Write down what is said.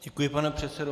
Děkuji, pane předsedo.